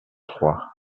trois